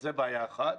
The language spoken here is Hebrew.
זו בעיה אחת.